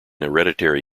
hereditary